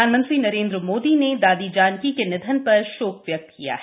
प्रधानमंत्री नरेंद्र मोदी ने दादी जानकी के निधन पर शोक व्यक्त किया है